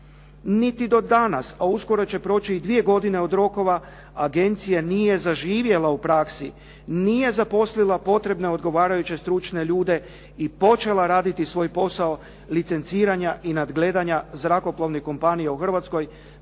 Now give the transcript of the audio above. Niti do danas, a uskoro će proći i dvije godine od rokova, Agencija nije zaživjela u praksi, nije zaposlila potrebne, odgovarajuće stručne ljude i počela raditi svoj posao licenciranja i nadgledanja zrakoplovnih kompanija u Hrvatskoj